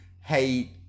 hey